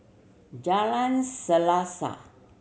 Jalan Selaseh